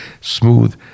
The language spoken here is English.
smooth